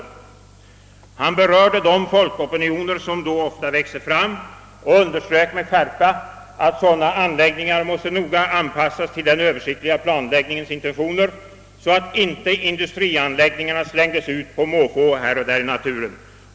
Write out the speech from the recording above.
Han berörde de folkopinioner som då ofta växer fram och underströk med skärpa, att sådana anläggningar måste noga anpassas till den översiktliga planläggningens intentioner, så att inte industrianläggningarna slängdes ut på måfå här och där i naturen.